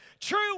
True